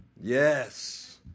Yes